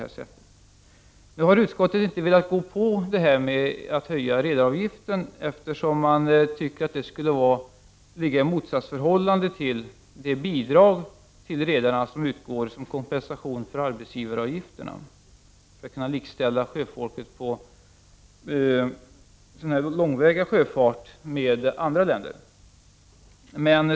Utskottet har inte velat gå med på att höja redaravgiften, eftersom man tycker att det skulle stå i motsättning till det bidrag till redarna som utgår som kompensation för arbetsgivaravgifterna för att sjöfolket på långväga sjöfart skall kunna likställas med andra länders sjömän.